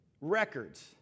records